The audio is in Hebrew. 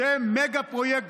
זה מגה-פרויקט,